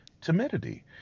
timidity